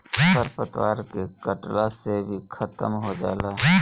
खर पतवार के कटला से भी खत्म हो जाला